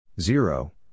zero